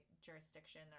jurisdiction